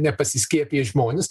nepasiskiepiję žmonės